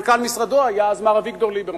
מנכ"ל משרדו היה אז מר אביגדור ליברמן.